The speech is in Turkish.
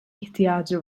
ihtiyacı